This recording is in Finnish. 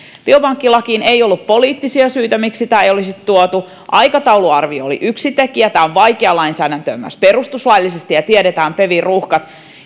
ei ollut poliittisia syitä miksi biopankkilakia ei olisi tuotu aikatauluarvio oli yksi tekijä tämä on vaikeaa lainsäädäntöä myös perustuslaillisesti ja tiedetään pevin ruuhkat